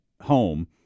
home